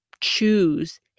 choose